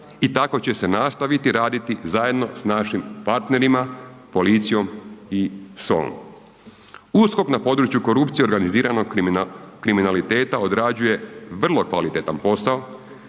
i tako će se nastaviti raditi zajedno sa našim partnerima, policijom i SOA-om. USKOK na području korupcije organiziranog kriminaliteta odrađuje vrlo kvalitetan posao,